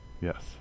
Yes